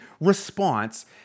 response